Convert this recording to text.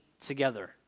together